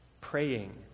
praying